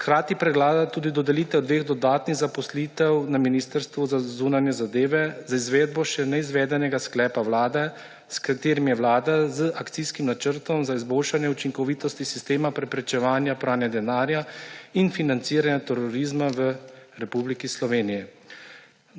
Hkrati predlaga tudi dodelitev dveh dodatnih zaposlitev na Ministrstvu za zunanje zadeve za izvedbo še neizvedenega sklepa Vlade glede akcijskega načrta za izboljšanje učinkovitosti sistema preprečevanja pranja denarja in financiranja terorizma v Republiki Sloveniji.